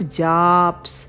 jobs